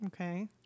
Okay